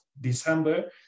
December